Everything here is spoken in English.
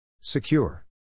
Secure